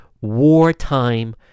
wartime